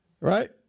Right